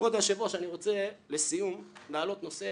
כבוד היושב-ראש, לסיום אני רוצה להעלות נושא